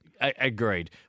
Agreed